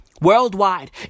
Worldwide